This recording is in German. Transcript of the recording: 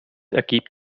ergibt